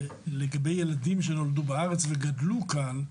שלגבי ילדים שנולדו בארץ וגדלו כאן,